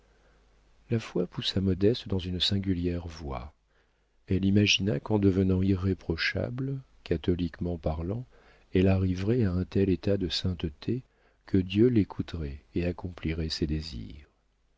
la foi poussa modeste dans une singulière voie elle imagina qu'en devenant irréprochable catholiquement parlant elle arriverait à un tel état de sainteté que dieu l'écouterait et accomplirait ses désirs